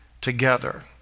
together